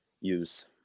use